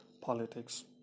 politics